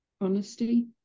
honesty